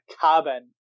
cabin